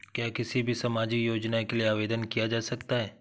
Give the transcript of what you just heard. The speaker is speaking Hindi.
क्या किसी भी सामाजिक योजना के लिए आवेदन किया जा सकता है?